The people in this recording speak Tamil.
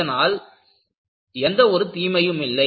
இதனால் எந்த ஒரு தீமையும் இல்லை